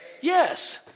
Yes